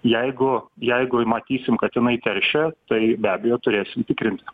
jeigu jeigu į matysim kad jinai teršia tai be abejo turėsim tikrinti